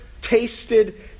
tasted